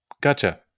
Gotcha